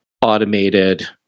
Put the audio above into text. automated